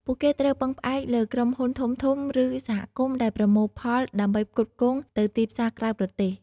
ពួកគេត្រូវពឹងផ្អែកលើក្រុមហ៊ុនធំៗ ឬសហគមន៍ដែលប្រមូលផលដើម្បីផ្គត់ផ្គង់ទៅទីផ្សារក្រៅប្រទេស។